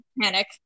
panic